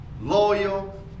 loyal